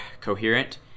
coherent